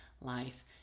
life